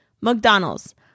McDonald's